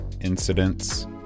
incidents